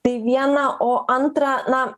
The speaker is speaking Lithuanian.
tai viena o antra na